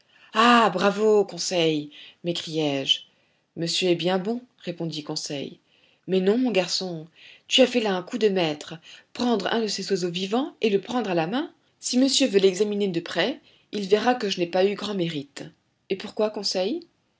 ah bravo conseil m'écriai-je monsieur est bien bon répondit conseil mais non mon garçon tu as fait là un coup de maître prendre un de ces oiseaux vivants et le prendre à la main si monsieur veut l'examiner de près il verra que je n'ai pas eu grand mérite et pourquoi conseil